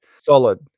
solid